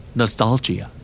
nostalgia